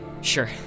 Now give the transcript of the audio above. Sure